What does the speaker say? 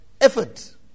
effort